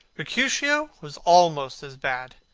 mercutio was almost as bad.